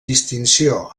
distinció